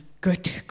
good